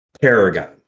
Paragon